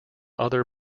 other